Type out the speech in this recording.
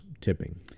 tipping